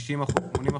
90 אחוזים,